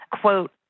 quote